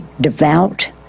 devout